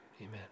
amen